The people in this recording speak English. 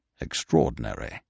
Extraordinary